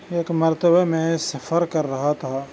ایک مربتہ میں سفر کر رہا تھا